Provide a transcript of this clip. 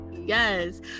Yes